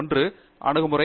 ஒன்று அணுகுமுறை